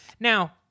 Now